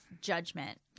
judgment